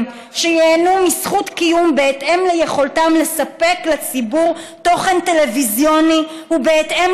שייהנו מזכות קיום בהתאם ליכולתם לספק לציבור תוכן טלוויזיוני ובהתאם